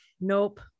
Nope